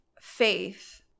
faith